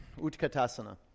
utkatasana